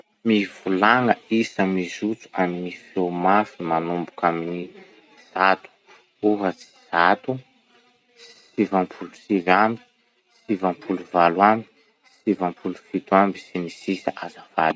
Mivolagna isa mijotso amy gny feo mafy manomboky amy gny zato. Ohatsy: zato, sivampolo sivy amby, sivampolo valo amby, sivampolo fito amby, sy ny sisa azafady.